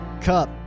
Cup